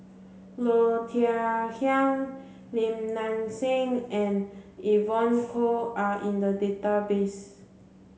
Low Thia Khiang Lim Nang Seng and Evon Kow are in the database